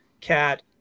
Cat